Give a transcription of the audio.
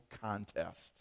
contest